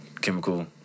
chemical